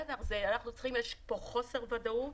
יש כאן חוסר ודאות.